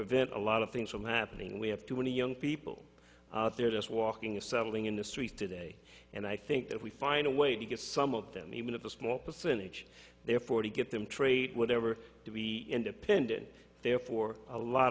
prevent a lot of things from happening we have too many young people they're just walking a settling in the streets today and i think that we find a way to get some of them even if a small percentage therefore to get them trade whatever to be independent there for a lot